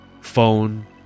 phone